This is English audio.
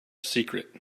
secret